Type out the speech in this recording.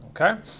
Okay